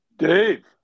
Dave